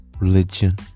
religion